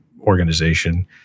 organization